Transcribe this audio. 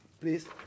please